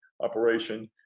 operation